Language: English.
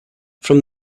from